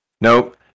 nope